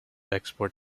export